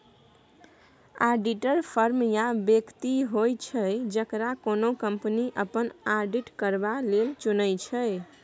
auditor firm या बेकती होइ छै जकरा कोनो कंपनी अपन आडिट करबा लेल चुनै छै